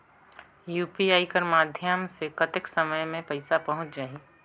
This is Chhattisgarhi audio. यू.पी.आई कर माध्यम से कतेक समय मे पइसा पहुंच जाहि?